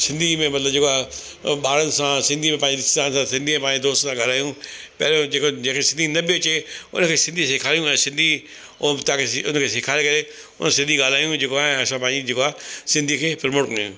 सिंधी में मतिलबु जेको आहे अ ॿारनि सां सिंधी में पंहिंजी रिश्तेदार सां सिंधीअ में दोस्त सां ॻाल्हाइयूं पहिरियों जेको जेके सिंधी न बि अचे हुनखे सिंधी सेखारियूं ऐं सिंधी ओ बि तव्हांखे उनके सेखारे करे उनसां सिंधी ॻाल्हाइयूं जेको आहे असां पंहिंजी जेको आहे सिंधीअ खे प्रमोट कयूं